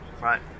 Right